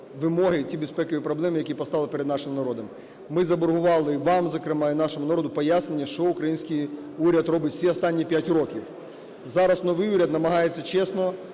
вимоги і ті безпокові проблеми, які постали перед нашим народом. Ми заборгували вам зокрема і нашому народу пояснення, що український уряд робить всі останні 5 років. Зараз новий уряд намагається чесно